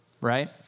right